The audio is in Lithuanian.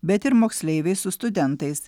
bet ir moksleiviai su studentais